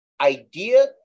idea